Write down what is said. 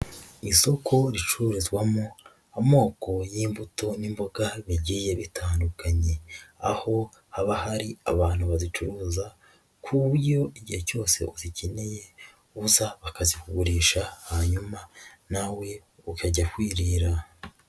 Isoko ricururwamo amoko y'imbuto n'imboga bigiye bitandukanye aho haba hari abantu bazicuruza ku buryo igihe cyose uzikeneye uza bakazikugurisha hanyuma na we ukajya kwirira.